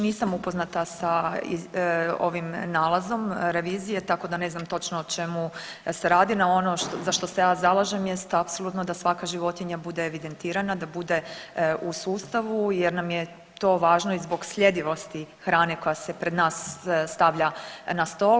Nisam upoznata sa ovim nalazom revizije tako da ne znam točno o čemu se radi, no ono za što se ja zalažem jeste apsolutno da svaka životinja bude evidentirana, da bude u sustavu jer nam je to važno i zbog sljedivosti hrane koja se pred nas stavlja na stol.